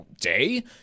day